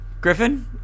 Griffin